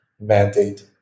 mandate